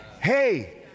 Hey